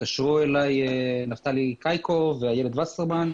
התקשר אלי נפתלי קאיקוב ואיילת וסרמן.